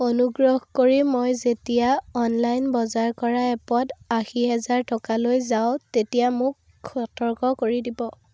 অনুগ্ৰহ কৰি মই যেতিয়া অনলাইন বজাৰ কৰা এপত আশী হেজাৰ টকালৈ যাওঁ তেতিয়া মোক সতৰ্ক কৰি দিব